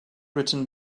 written